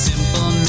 simple